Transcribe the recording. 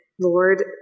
Lord